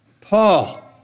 Paul